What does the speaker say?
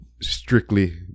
Strictly